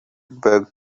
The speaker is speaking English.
back